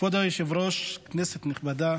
כבוד היושב-ראש, כנסת נכבדה,